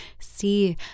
see